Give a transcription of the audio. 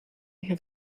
have